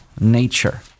nature